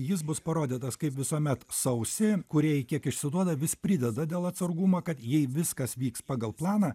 jis bus parodytas kaip visuomet sausį kūrėjai kiek išsiduoda vis prideda dėl atsarguma kad jei viskas vyks pagal planą